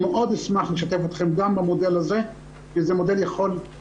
אשמח מאוד לשתף אתכם גם במודל הזה כי זה מודל שיכול